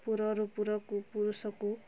ପୁରରୁ ପୁରକୁ ପୁରୁଷକୁ